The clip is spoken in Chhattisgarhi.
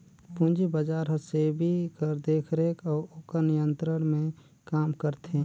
पूंजी बजार हर सेबी कर देखरेख अउ ओकर नियंत्रन में काम करथे